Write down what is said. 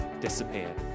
Disappear